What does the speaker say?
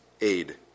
aid